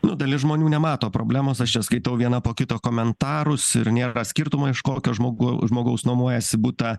na dalis žmonių nemato problemos aš čia skaitau vieną po kito komentarus ir nėra skirtumo iš kokio žmogau žmogaus nuomojiesi butą